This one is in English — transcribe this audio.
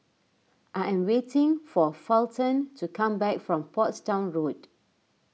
I am waiting for Fulton to come back from Portsdown Road